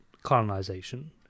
colonization